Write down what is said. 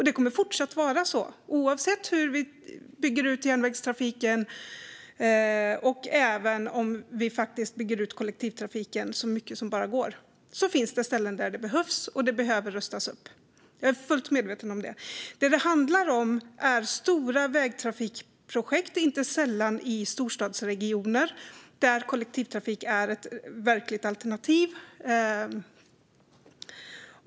Det kommer att vara så även i fortsättningen oavsett hur mycket vi bygger ut järnvägstrafiken och även kollektivtrafiken. Det kommer att finnas ställen där vägarna måste rustas upp. Jag är fullt medveten om det. Det handlar om stora vägtrafikprojekt, inte sällan i storstadsregioner där kollektivtrafik är ett verkligt alternativ.